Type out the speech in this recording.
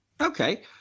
Okay